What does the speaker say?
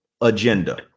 agenda